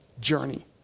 journey